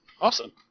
Awesome